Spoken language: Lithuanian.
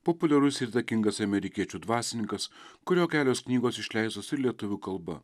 populiarus ir įtakingas amerikiečių dvasininkas kurio kelios knygos išleistos ir lietuvių kalba